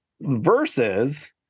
versus